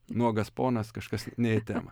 nuogas ponas kažkas ne į temą